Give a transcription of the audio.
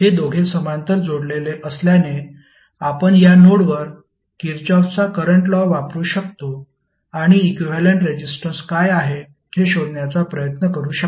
हे दोघे समांतर जोडलेले असल्याने आपण या नोडवर किरचॉफचा करंट लॉ वापरू शकतो आणि इक्विव्हॅलेंट रेजिस्टन्स काय आहे हे शोधण्याचा प्रयत्न करू शकतो